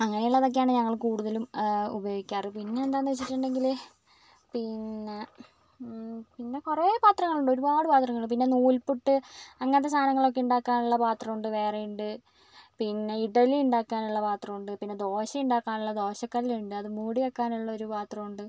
അങ്ങനെയുള്ളതൊക്കെയാണ് ഞങ്ങൾ കൂടുതലും ഉപയോഗിക്കാറ് പിന്നെ എന്താണ് വെച്ചിട്ടുണ്ടെങ്കിൽ പിന്നെ പിന്നെ കുറെ പാത്രങ്ങളുണ്ട് ഒരുപാട് പാത്രങ്ങൾ പിന്നെ നൂൽപുട്ട് അങ്ങനത്തെ സാധനങ്ങളൊക്കെ ഉണ്ടാക്കാനുള്ള പാത്രമുണ്ട് വേറെയുണ്ട് പിന്നെ ഇഡ്ഡലി ഉണ്ടാക്കാനുള്ള പാത്രമുണ്ട് പിന്നെ ദോശ ഉണ്ടാക്കാനുള്ള ദോശക്കല്ലുണ്ട് അത് മൂടി വയ്ക്കാനുള്ള ഒരു പാത്രമുണ്ട്